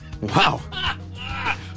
Wow